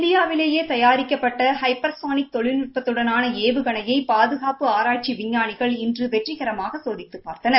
இந்தியாவிலேயே தயாரிக்கப்பட்ட ஹைபர்சோனிக் தொழில்நுட்பத்துடனான ஏவுகணையை பாதுகாப்பு ஆராய்ச்சி விஞ்ஞானிகள் இன்று வெற்றிகரமாக சோதித்து பார்த்தனர்